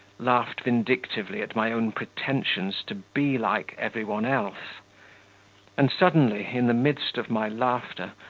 laughed vindictively at my own pretensions to be like every one else and suddenly, in the midst of my laughter,